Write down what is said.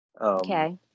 Okay